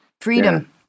Freedom